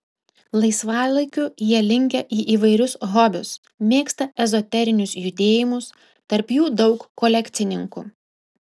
laisvalaikiu jie linkę į įvairius hobius mėgsta ezoterinius judėjimus tarp jų daug kolekcininkų